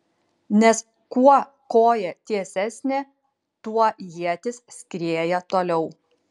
nes kuo koja tiesesnė tuo ietis skrieja toliau